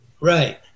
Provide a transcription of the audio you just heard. Right